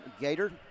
Gator